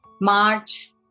March